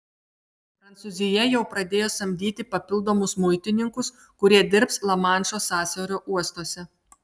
prancūzija jau pradėjo samdyti papildomus muitininkus kurie dirbs lamanšo sąsiaurio uostuose